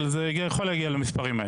אבל זה כן יכול להגיע למספרים האלה.